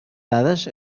dades